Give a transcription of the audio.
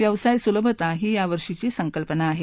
व्यवसाय सुलभता ही यावर्षींची संकल्पना आहे